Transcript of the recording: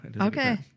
Okay